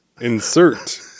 insert